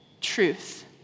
truth